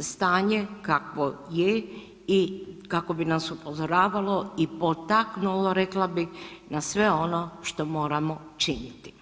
stanje kakvo je i kako bi nas upozoravalo i potaknulo, rekla bi, na sve ono što moramo činiti.